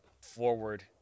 forward